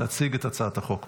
להציג את הצעת החוק.